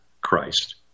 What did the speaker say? Christ